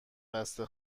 بسته